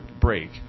break